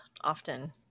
often